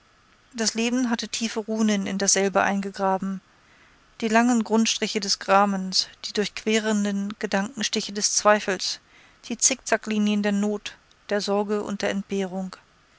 das leben hatte tiefe runen in dasselbe eingegraben die langen grundstriche des grames die durchquerenden gedankenstriche des zweifels die zickzacklinien der not der sorge und entbehrung